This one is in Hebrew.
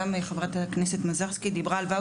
אני חושב שהמערכת יכולה להכניס בתנאים האלה לימודים